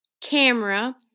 camera